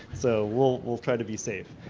so we'll we'll try to be safe,